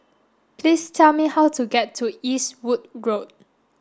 please tell me how to get to Eastwood Road